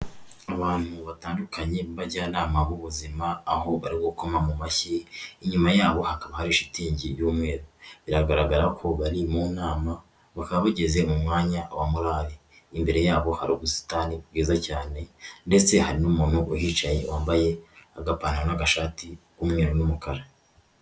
Abantu batandukanye b'abajyanama b'ubuzima aho bari gukoma mu mashyi, inyuma yabo hakaba hari shitingi y'umweru. Biragaragara ko bari mu nama, bakaba bageze mu mwanya wa morali. Imbere yabo hari ubusitani bwiza cyane ndetse hari n'umuntu uhicaye wambaye agapantaro n'agashati k'umweru n'umukara.